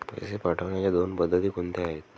पैसे पाठवण्याच्या दोन पद्धती कोणत्या आहेत?